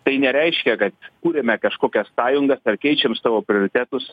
tai nereiškia kad kuriame kažkokias sąjungas ar keičiam savo prioritetus